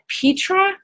Petra